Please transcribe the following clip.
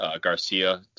Garcia